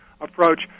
approach